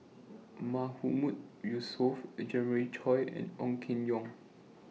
Mahmood Yusof Jeremiah Choy and Ong Keng Yong